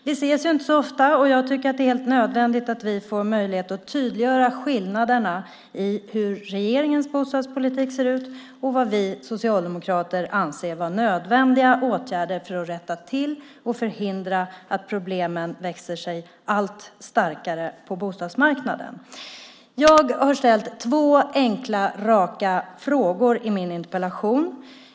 Vi ses ju inte så ofta och jag tycker att det är helt nödvändigt att vi får möjlighet att tydliggöra skillnaderna mellan hur regeringens bostadspolitik ser ut och vad vi socialdemokrater anser vara nödvändiga åtgärder för att rätta till och förhindra att problemen växer sig allt starkare på bostadsmarknaden. Jag har ställt två enkla raka frågor i min interpellation.